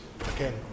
again